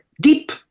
deep